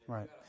Right